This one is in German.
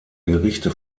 gerichte